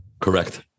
Correct